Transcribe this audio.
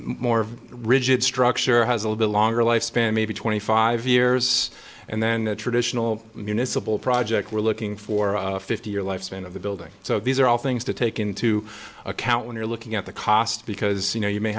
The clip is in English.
more rigid structure has a longer life span maybe twenty five years and then the traditional municipal project we're looking for fifty year lifespan of the building so these are all things to take into account when you're looking at the cost because you know you may